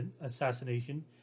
assassination